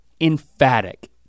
emphatic